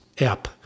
app